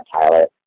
pilot